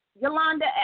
Yolanda